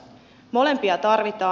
molempia tarvitaan